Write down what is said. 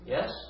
Yes